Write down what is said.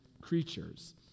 creatures